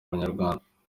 banyarwanda